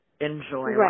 enjoy